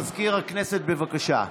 מזכיר הכנסת, בבקשה.